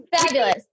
Fabulous